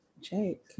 jake